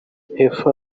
hepfo